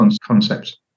concepts